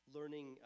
Learning